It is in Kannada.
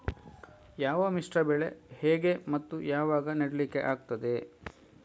ಯಾವ ಮಿಶ್ರ ಬೆಳೆ ಹೇಗೆ ಮತ್ತೆ ಯಾವಾಗ ನೆಡ್ಲಿಕ್ಕೆ ಆಗ್ತದೆ?